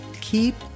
keep